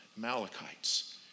Malachites